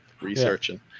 researching